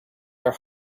your